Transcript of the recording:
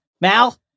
mal